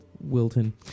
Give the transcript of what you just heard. Wilton